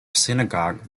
synagogue